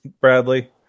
Bradley